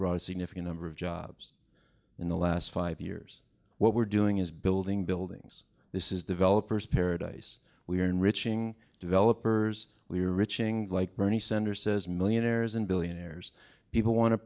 significant number of jobs in the last five years what we're doing is building buildings this is developers paradise we are enriching developers we are reaching like bernie sanders says millionaires and billionaires people want to